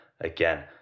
again